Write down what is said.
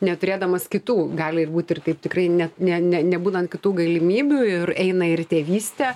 neturėdamas kitų gali ir būt ir taip tikrai ne ne ne nebūnant kitų galimybių ir eina ir į tėvystę